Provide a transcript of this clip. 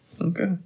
Okay